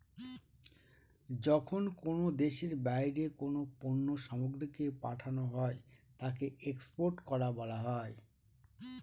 যখন কোনো দেশের বাইরে কোনো পণ্য সামগ্রীকে পাঠানো হয় তাকে এক্সপোর্ট করা বলা হয়